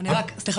מה